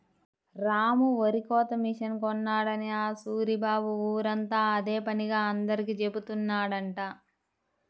రాము వరికోత మిషన్ కొన్నాడని ఆ సూరిబాబు ఊరంతా అదే పనిగా అందరికీ జెబుతున్నాడంట